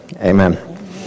amen